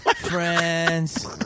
Friends